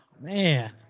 man